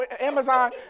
Amazon